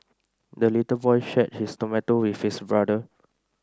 the little boy shared his tomato with his brother